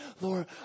Lord